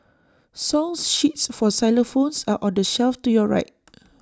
song sheets for xylophones are on the shelf to your right